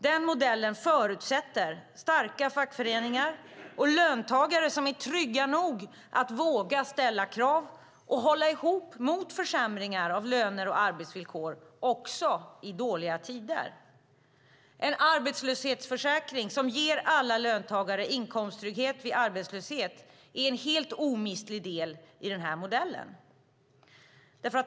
Den modellen förutsätter starka fackföreningar och löntagare som är trygga nog att våga ställa krav och hålla ihop mot försämringar av löner och arbetsvillkor, också i dåliga tider. En arbetslöshetsförsäkring som ger alla löntagare inkomsttrygghet vid arbetslöshet är en helt omistlig del i den här modellen.